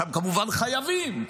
שם כמובן חייבים,